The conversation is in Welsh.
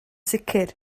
sicr